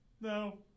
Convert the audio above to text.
no